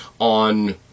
on